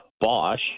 bosch